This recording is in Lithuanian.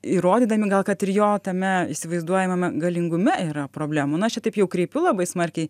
įrodydami gal kad ir jo tame įsivaizduojamame galingume yra problemų na aš čia taip jau kreipiu labai smarkiai